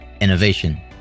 innovation